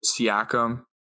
Siakam